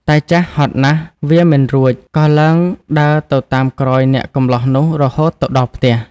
តាចាស់ហត់ណាស់វារមិនរួច ក៏ឡើងដើរទៅតាមក្រោយអ្នកកម្លោះនោះរហូតទៅដល់ផ្ទះ។